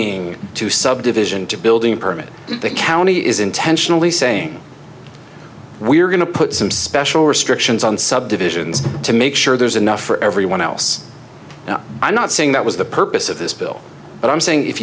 ing to subdivision to building permit the county is intentionally saying we're going to put some special restrictions on subdivisions to make sure there's enough for everyone else now i'm not saying that was the purpose of this bill but i'm saying if